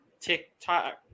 TikTok